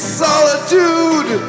solitude